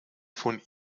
von